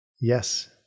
Yes